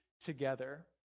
together